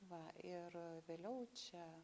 va ir vėliau čia